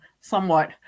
somewhat